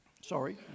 Sorry